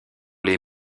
les